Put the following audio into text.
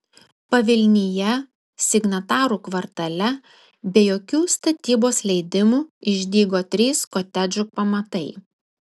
pavilnyje signatarų kvartale be jokių statybos leidimų išdygo trys kotedžų pamatai